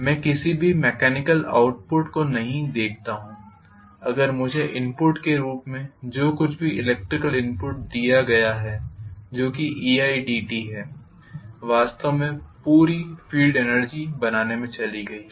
मैं किसी भी मेकेनिकल आउटपुट को नहीं देखता हूं अगर मुझे इनपुट के रूप में जो कुछ भी इलेक्ट्रिकल इनपुट दिया गया है जो कि eidt है वास्तव में पूरी फील्ड एनर्जी बनाने में चली गई है